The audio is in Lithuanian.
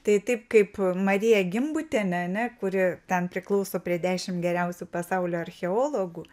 tai taip kaip marija gimbutienė ane kuri ten priklauso prie dešim geriausių pasaulio archeologų